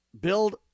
Build